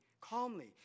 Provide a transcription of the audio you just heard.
calmly